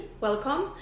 welcome